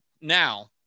now